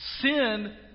sin